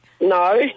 No